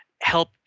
help